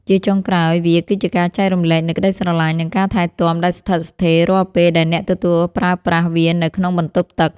ជាចុងក្រោយ វាគឺជាការចែករំលែកនូវក្ដីស្រឡាញ់ និងការថែទាំដែលស្ថិតស្ថេររាល់ពេលដែលអ្នកទទួលប្រើប្រាស់វានៅក្នុងបន្ទប់ទឹក។